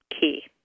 key